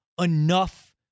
enough